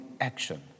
action